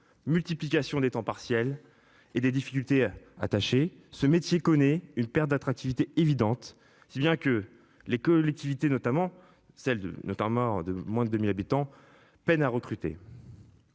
Multiplication des temps partiels et des difficultés attacher ce métier connaît une perte d'attractivité évidente, si bien que les collectivités, notamment celle de notamment de moins de 1000 habitants peinent à recruter.